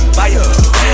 fire